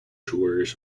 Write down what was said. tours